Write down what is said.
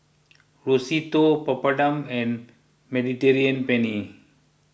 Risotto Papadum and Mediterranean Penne